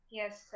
yes